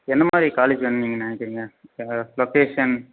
என்ன மாதிரி காலேஜ் வேணும்னு நீங்கள் நினைக்குறீங்க ஏதாவது லொக்கேஷன்